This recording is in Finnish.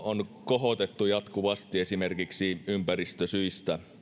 on kohotettu jatkuvasti esimerkiksi ympäristösyistä